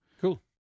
cool